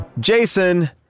Jason